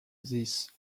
these